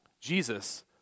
Jesus